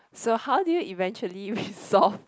so how do you eventually resolve